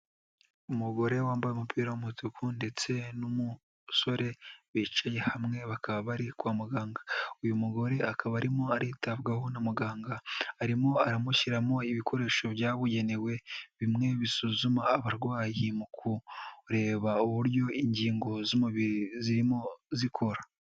Umugore wambaye umupira w'umutuku ndetse n'umusore bicaye hamwe bakaba bari kwa muganga, uyu mugore akaba arimo aritabwaho na muganga, arimo aramushyiramo ibikoresho byabugenewe bimwe bisuzuma abarwayi mu kureba uburyo ingingo z'umubiri zirimo zikora.